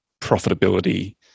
profitability